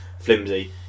flimsy